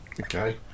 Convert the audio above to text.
Okay